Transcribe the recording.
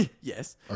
Yes